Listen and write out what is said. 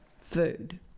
Food